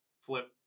flip